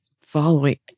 following